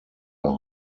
are